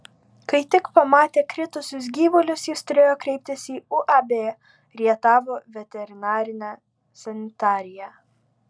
kai tik pamatė kritusius gyvulius jis turėjo kreiptis į uab rietavo veterinarinę sanitariją